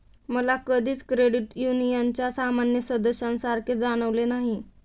मला कधीच क्रेडिट युनियनच्या सामान्य सदस्यासारखे जाणवले नाही